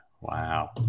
wow